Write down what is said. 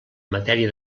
matèria